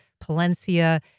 Palencia